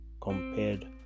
compared